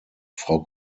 frau